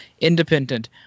independent